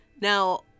Now